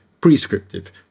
prescriptive